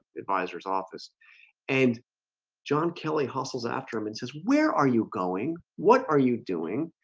advisors office and john kelly hustles after him and says, where are you going? what are you doing?